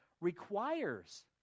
requires